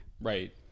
Right